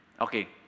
Okay